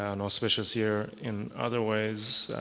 and i'll switch us here in other ways.